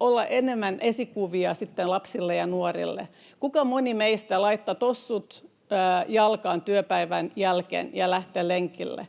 olla enemmän esikuvia lapsille ja nuorille. Kuinka moni meistä laittaa tossut jalkaan työpäivän jälkeen ja lähtee lenkille?